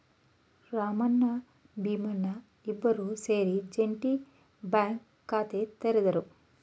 ರಾಮಣ್ಣ ಭೀಮಣ್ಣ ಇಬ್ಬರೂ ಸೇರಿ joint bank ಖಾತೆ ತೆರೆದರು